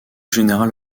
général